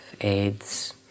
AIDS